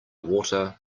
water